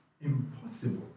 impossible